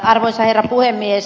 arvoisa herra puhemies